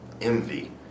envy